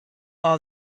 all